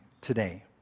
today